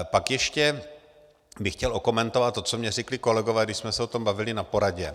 Pak ještě bych chtěl okomentovat to, co mně řekli kolegové, když jsme se o tom bavili na poradě.